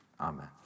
Amen